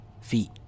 feet